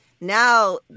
now